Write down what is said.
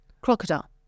Crocodile